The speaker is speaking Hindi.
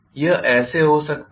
यह ऐसे हो सकता है